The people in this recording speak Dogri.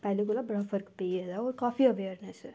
पैह्लें कोला बड़ा फर्क पेई गेदा ऐ काफी हद्द तक